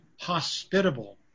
hospitable